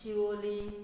Siolim